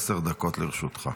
עשר דקות לרשותך.